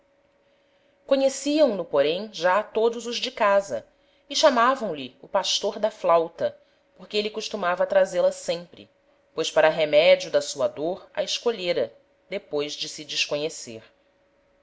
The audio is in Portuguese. carecem conheciam no porém já todos os de casa e chamavam-lhe o pastor da flauta porque êle costumava trazê-la sempre pois para remedio da sua dôr a escolhêra depois de se desconhecer